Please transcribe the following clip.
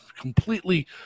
completely –